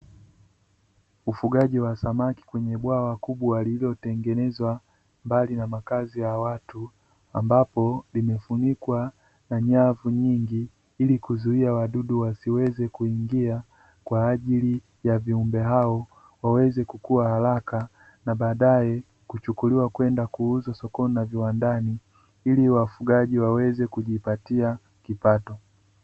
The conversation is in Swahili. Ufugaji wa samaki kwenye bwawa kubwa lililotengenezwa mbali na makazi ya watu, ambapo limefunikwa na nyavu nyingi ili kuzuia wadudu wasiweze kuingia. Kwa ajili ya viumbe hao, waweze kukua haraka na baadae kuchukuliwa kwenda kuuzwa sokoni na viwandani, ili wafugaji waweze kujipatia kipato.